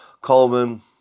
Coleman